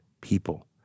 people